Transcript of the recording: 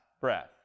breath